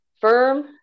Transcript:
firm